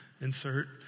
insert